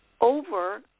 over